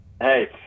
Hey